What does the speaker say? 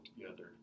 together